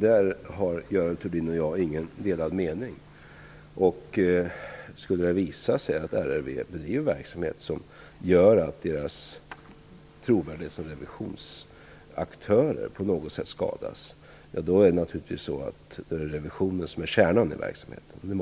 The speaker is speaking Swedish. Herr talman! Görel Thurdin och jag har inga delade meningar om detta. Om det skulle visa sig att RRV bedriver verksamhet som gör att trovärdigheten som revisionsaktör på något sätt skadas måste man naturligtvis hävda att revisionen är kärnan i verksamheten.